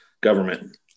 government